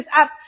up